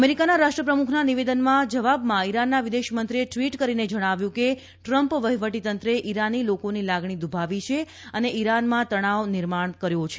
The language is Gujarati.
અમેરિકાના રાષ્ટ્રપ્રમુખના નિવેદનના જવાબમાં ઈરાનના વિદેશમંત્રીએ ટ્વીટ કરીને જણાવ્યું હતું કે ટ્રમ્પ વહિવટી તંત્રે ઈરાની લોકોની લાગણી દુભાવી છે અને ઈરાનમાં તણાવ નિર્માણ કર્યો છે